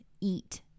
eat